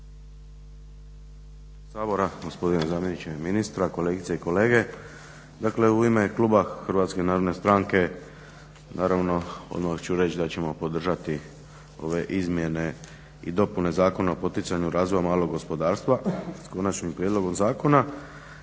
sabora, gospodine zamjeniče ministra, kolegice i kolege. Dakle, u ime kluba Hrvatske narodne stranke naravno odmah ću reći da ćemo podržati ove izmjene i dopune Zakona o poticanju razvoja malog gospodarstva s konačnim prijedlogom zakona